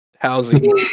housing